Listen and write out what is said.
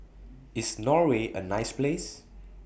IS Norway A nice Place